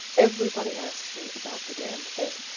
everybody asks me about the damned thing,